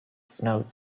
snowed